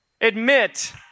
admit